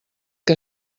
que